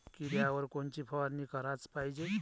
किड्याइवर कोनची फवारनी कराच पायजे?